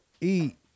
eat